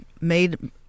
made